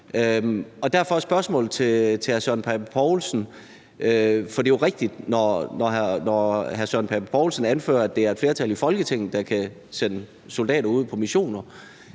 dette spørgsmål til hr. Søren Pape Poulsen. Det er rigtigt, når hr. Søren Pape Poulsen anfører, at det er et flertal i Folketinget, der kan sende soldater ud på missioner,